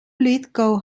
lithgow